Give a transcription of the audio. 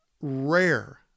rare